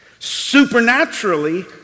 supernaturally